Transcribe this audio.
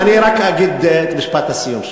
אני רק אגיד את משפט הסיום שלי.